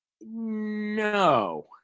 No